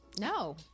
no